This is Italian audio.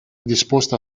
disposta